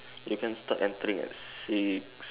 you can start entering at six